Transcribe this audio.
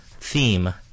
theme